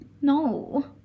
No